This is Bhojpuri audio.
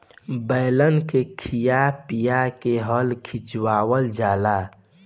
बैलन के खिया पिया के हल खिचवावल जाला